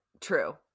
True